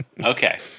Okay